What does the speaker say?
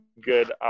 good